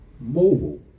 mobile